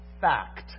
fact